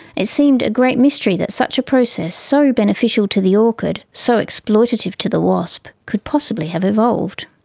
it seemed a great mystery that such a process, so beneficial to the orchid, so exploitative to the wasp, could possibly have evolved.